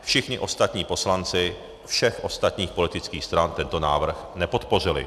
Všichni ostatní poslanci všech ostatních politických stran tento návrh nepodpořili.